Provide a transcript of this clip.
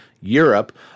Europe